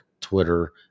Twitter